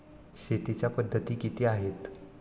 शेतीच्या पद्धती किती आहेत?